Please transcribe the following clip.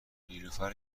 نیلوفر